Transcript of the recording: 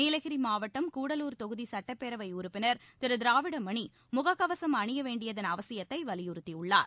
நீலகிரி மாவட்டம் கூடலூர் தொகுதி சுட்டப்பேரவை உறுப்பினர் திரு திராவிட மணி முகக்கவசம் அணிய வேண்டியதன் அவசியத்தை வலியுறுத்தியுள்ளார்